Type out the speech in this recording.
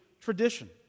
tradition